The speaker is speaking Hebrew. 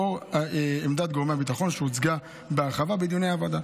לאור עמדת גורמי הביטחון שהוצגה בהרחבה בדיוני הוועדה.